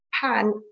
pan